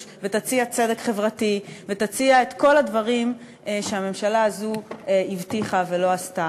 ותציע צדק חברתי ותציע את כל הדברים שהממשלה הזו הבטיחה ולא עשתה.